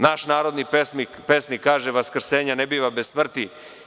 Naš narodni pesnik kaže – vaskrsenja ne biva bez smrti.